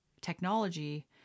technology